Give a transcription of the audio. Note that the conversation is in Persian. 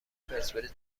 پرسپولیس